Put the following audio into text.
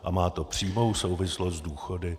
A má to přímou souvislost s důchody.